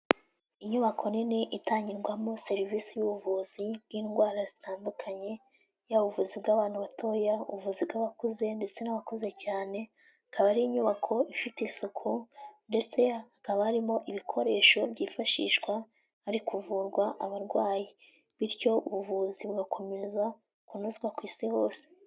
Inyubako nini itangirwamo serivisi y'ubuvuzi bw'indwara zitandukanye, yaba ubuvuzi bw'abana batoya, ubuvuzi bw'abakuze ndetse n'abakuze cyane, akaba ari inyubako ifite isuku ndetse hakaba harimo ibikoresho byifashishwa, hari kuvurwa abarwayi bityo ubuvuzi bugakomeza kunozwa ku isi hose.